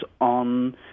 on